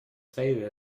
tweede